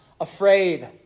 Afraid